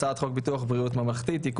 הצעת חוק ביטוח בריאות ממלכתי (תיקון,